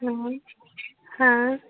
हाँ